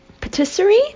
patisserie